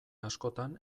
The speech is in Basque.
askotan